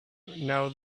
now